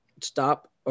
stop